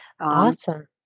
Awesome